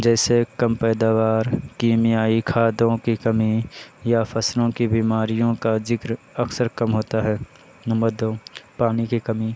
جیسے کم پیداوار کیمیائی کھادوں کی کمی یا فصلوں کی بیماریوں کا ذکر اکثر کم ہوتا ہے نمبر دو پانی کی کمی